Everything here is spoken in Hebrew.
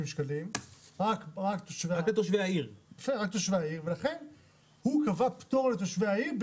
רק לתושבי העיר ולכן הוא קבע פטור לתושבי העיר,